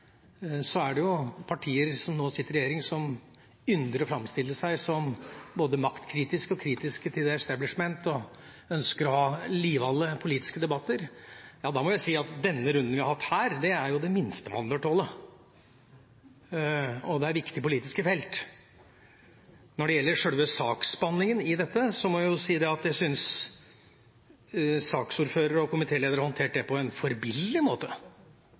er det jo partier som nå sitter i regjeringen som ynder å framstille seg som både maktkritiske og kritiske til «The Establishment» og ønsker å ha livlige politiske debatter. Ja, da må jeg si at denne runden vi har hatt her, er det minste man bør tåle, og det er viktige politiske felt. Når det gjelder selve saksbehandlingen i dette, synes jeg at saksordføreren og komitélederen har håndtert det på en forbilledlig måte og faktisk bidratt til at denne saken kan løses raskt, og